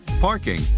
parking